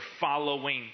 following